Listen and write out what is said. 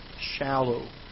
shallow